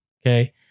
Okay